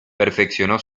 perfeccionó